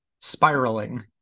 spiraling